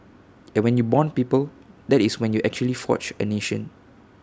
and when you Bond people that is when you actually forge A nation